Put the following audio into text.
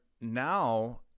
now